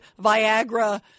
Viagra